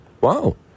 Wow